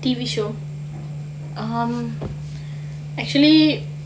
T_V show um actually